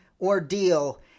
ordeal